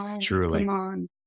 Truly